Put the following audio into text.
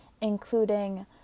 including